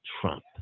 Trump